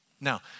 Now